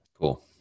Cool